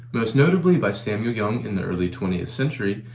most notable by samuel yonge in the early twentieth century,